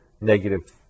negative